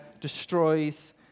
destroys